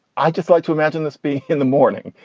i'd just like to imagine this be in the morning.